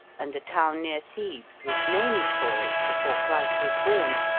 and a town near thebes was named for it before christ was born,